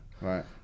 Right